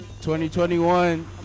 2021